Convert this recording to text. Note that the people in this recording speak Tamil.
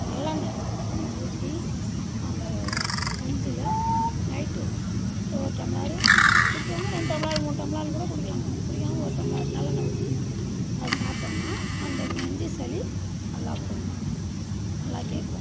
நல்லெண்ணை கொஞ்சம் ஊற்றி அந்த கஞ்சியில் நைட்டு ஒரு டம்ளரு பிடிச்சவங்க ரெண்டு டம்ளர் மூணு டம்ளர் கூட குடிக்கலாங்க பிடிக்காதவங்க ஒரு டம்ளர் நல்லெண்ணை ஊற்றி அது சாப்பிட்டோம்னா அந்த நெஞ்சு சளி நல்லா விடுங்க நல்லா கேட்கும்